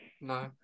No